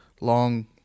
long